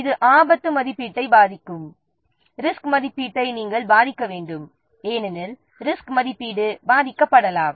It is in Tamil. இது ஆபத்து மதிப்பீட்டை பாதிக்கும் ஆபத்து மதிப்பீட்டை நாம் பாதிக்க வேண்டும் ஏனெனில் ஆபத்து மதிப்பீடு பாதிக்கப்படலாம்